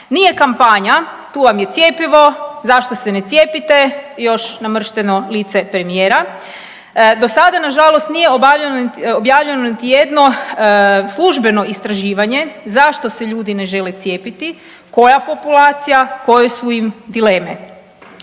Nije kampanja tu vam je cjepivo, zašto se ne cijepite i još namršteno lice premijera. Do sada nažalost nije obavljeno, objavljeno niti jedno službeno istraživanje zašto se ljudi ne žele cijepiti, koja populacija, koje su im dileme.